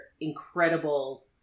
incredible